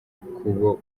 kubo